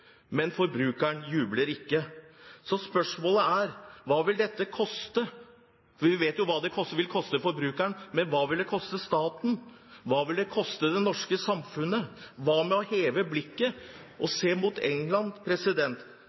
Men forbrukerne jubler ikke. Spørsmålet er: Hva vil dette koste? Vi vet hva det vil koste forbrukerne. Men hva vil det koste staten? Hva vil det koste det norske samfunnet? Hva med å heve blikket og se mot England?